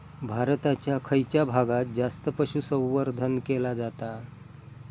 भारताच्या खयच्या भागात जास्त पशुसंवर्धन केला जाता?